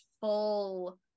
full